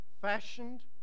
fashioned